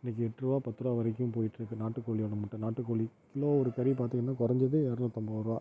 இன்றைக்கி எட்ரூவா பத்துருவா வரைக்கும் போயிட்டிருக்கு நாட்டுக்கோழியோடய முட்டை நாட்டுக்கோழி கிலோ ஒரு கறி பார்த்தீங்கன்னா குறஞ்சது இரநூத்தம்பதுருவா